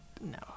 no